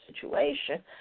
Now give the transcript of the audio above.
situation